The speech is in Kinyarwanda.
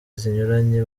zinyuranye